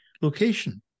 location